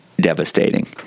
devastating